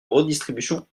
redistribution